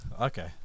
okay